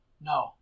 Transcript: No